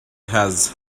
has